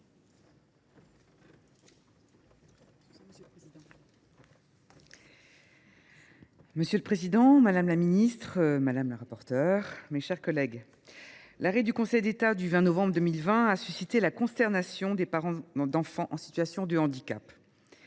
Monsieur le président, madame la ministre, mes chers collègues, la décision du Conseil d’État du 20 novembre 2020 a suscité la consternation des parents d’enfants en situation de handicap.